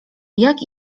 jak